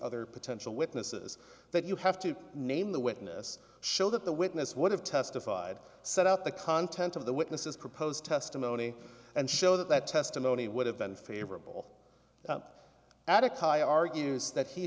other potential witnesses that you have to name the witness show that the witness would have testified set out the content of the witnesses proposed testimony and show that that testimony would have been favorable addict high argues that he